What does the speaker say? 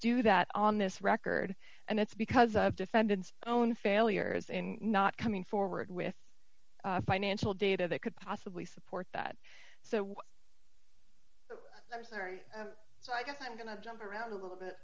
do that on this record and it's because of defendant's own failures in not coming forward with financial data that could possibly support that so i'm sorry so i guess i'm going to jump around a little bit